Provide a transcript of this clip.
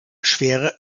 schwere